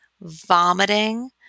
vomiting